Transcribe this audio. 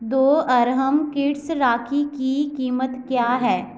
दो अर्हम किड्स राखी की कीमत क्या है